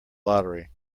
lottery